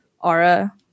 aura